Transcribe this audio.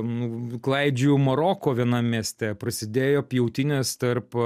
nu nuklaidžiojau maroko vienam mieste prasidėjo pjautynės tarp